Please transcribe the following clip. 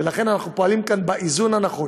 ולכן אנחנו פועלים כאן באיזון הנכון